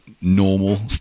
normal